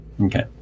okay